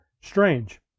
strange